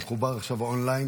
הוא מחובר עכשיו אונליין,